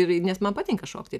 ir nes man patinka šokti